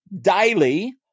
daily